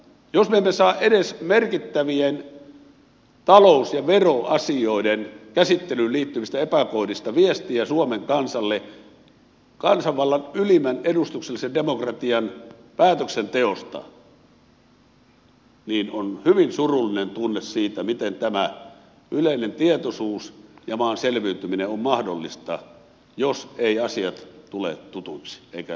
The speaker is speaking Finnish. jos me emme saa edes merkittävien talous ja veroasioiden käsittelyyn liittyvistä epäkohdista viestiä suomen kansalle kansanvallan ylimmän edustuksellisen demokratian päätöksenteosta niin on hyvin surullinen tunne siitä miten tämä yleinen tietoisuus ja maan selviytyminen on mahdollista jos eivät asiat tule tutuiksi eivätkä selviä